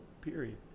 period